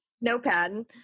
notepad